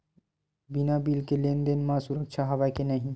बिना बिल के लेन देन म सुरक्षा हवय के नहीं?